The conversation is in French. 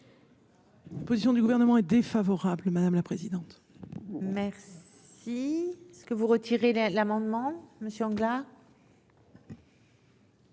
La position du gouvernement est défavorable, madame la présidente. Merci, si ce que vous retirez l'amendement Monsieur